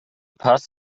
paz